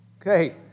Okay